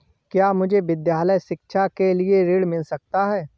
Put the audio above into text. क्या मुझे विद्यालय शिक्षा के लिए ऋण मिल सकता है?